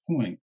point